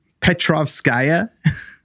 Petrovskaya